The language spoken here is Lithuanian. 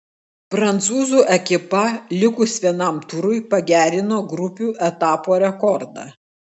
prancūzų ekipa likus vienam turui pagerino grupių etapo rekordą